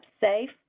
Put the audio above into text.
safe